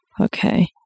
okay